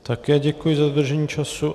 Také děkuji za dodržení času.